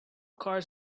cars